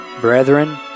brethren